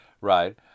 right